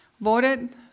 voted